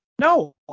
No